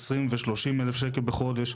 20,000 ו-30,000 שקלים בחודש.